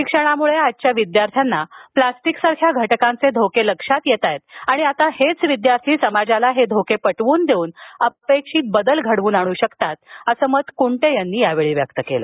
शिक्षणामुळे आजच्या विद्यार्थ्यांना प्लास्टिकसारख्या घटकांचे धोके लक्षात येत असून आता तेच विद्यार्थी समाजाला हे धोके पटवून देऊन अपेक्षित बदल घडवून आणू शकतात असं मत कुंटे यांनी यावेळी व्यक्त केलं